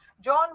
John